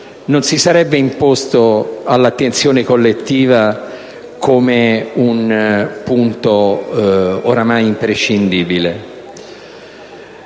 non si sarebbe imposto all'attenzione collettiva come un punto ormai imprescindibile.